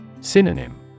Synonym